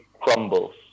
crumbles